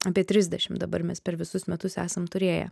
apie tridešim dabar mes per visus metus esam turėję